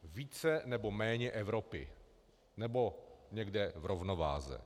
Více, nebo méně Evropy, nebo někde v rovnováze.